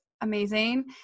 amazing